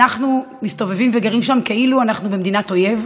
אנחנו מסתובבים וגרים שם כאילו אנחנו במדינת אויב,